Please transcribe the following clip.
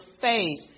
faith